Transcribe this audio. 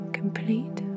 complete